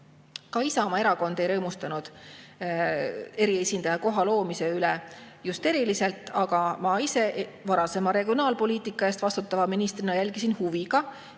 Ka Isamaa Erakond ei rõõmustanud eriesindaja [ameti]koha loomise üle just eriliselt. Mina ise varasema regionaalpoliitika eest vastutava ministrina jälgisin huviga,